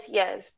yes